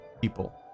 people